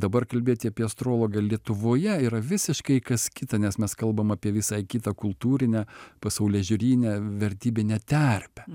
dabar kalbėti apie astrologą lietuvoje yra visiškai kas kita nes mes kalbam apie visai kitą kultūrinę pasaulėžiūrinę vertybinę terpę